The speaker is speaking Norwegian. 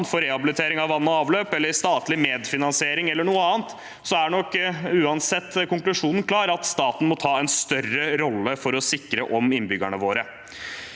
for rehabilitering av vann og avløp eller statlig medfinansiering eller noe annet, er nok uansett konklusjonen klar: at staten må ta en større rolle for å sikre innbyggerne våre.